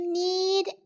need